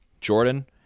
Jordan